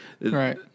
Right